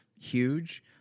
huge